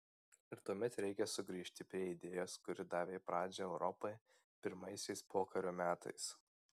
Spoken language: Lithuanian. ir tuomet reikia sugrįžti prie idėjos kuri davė pradžią europai pirmaisiais pokario metais